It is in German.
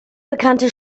bekannte